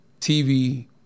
TV